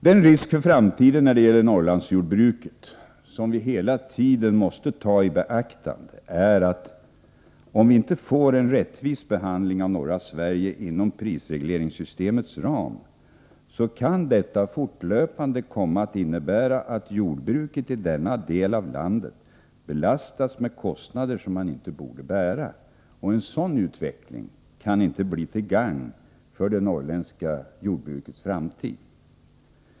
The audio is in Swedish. Den risk för framtiden när det gäller Norrlandsjordbruket som vi hela tiden måste ta i beaktande är, att om vi inte får en rättvis behandling av norra Sverige inom prisregleringssystemets ram, kan detta fortlöpande komma att innebära att jordbruket i denna del av landet belastas med kostnader som det inte borde bära. En sådan utveckling kan inte bli till gagn för det norrländska jordbrukets framtid.